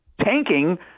tanking